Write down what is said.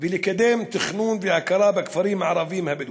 ולקדם תכנון והכרה בכפרים הערביים הבדואיים.